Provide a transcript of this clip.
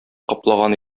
каплаган